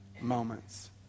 moments